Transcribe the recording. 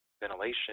ventilation